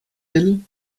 will